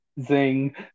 Zing